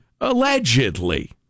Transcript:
allegedly